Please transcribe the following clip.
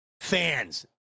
fans